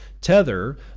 Tether